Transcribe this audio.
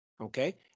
Okay